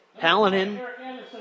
Hallinan